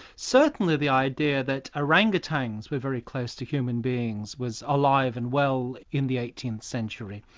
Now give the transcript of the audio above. certainly the idea that orangutans are very close to human beings was alive and well in the eighteenth century.